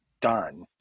done